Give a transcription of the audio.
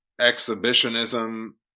exhibitionism